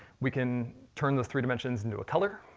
we can turn those three dimensions into a color,